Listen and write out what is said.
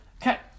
Okay